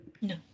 No